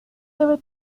debe